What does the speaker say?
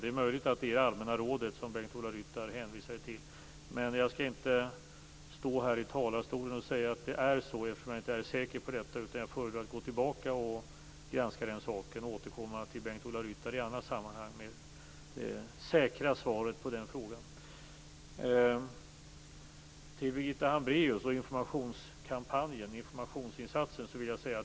Det är möjligt att det är det allmänna rådet, som Bengt-Ola Ryttar hänvisade till. Men jag skall inte stå här i talarstolen och säga att det är så eftersom jag inte är säker på detta. Jag föredrar att gå tillbaka och granska den här saken och återkomma till Bengt-Ola Ryttar i annat sammanhang med det säkra svaret på frågan. Sedan vill jag säga något till Birgitta Hambraeus om informationskampanjen, informationsinsatsen.